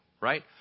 right